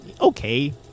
okay